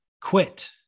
quit